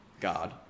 God